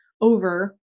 over